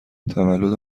تولد